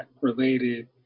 related